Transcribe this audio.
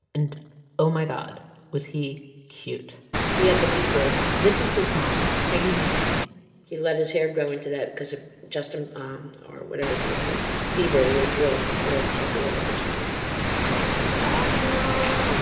and oh, my god was he cute he had the bieber this is his mom, peggy mckinley he let his hair grow into that because of justin or whatever his name was bieber was really real popular at the time i don't know how